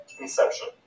inception